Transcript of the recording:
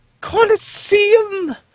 Colosseum